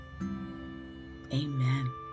amen